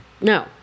No